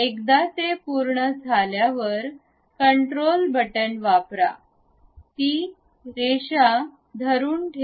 एकदा हे पूर्ण झाल्यावर कंट्रोल बटण वापरा ती ओळ धरून ठेवा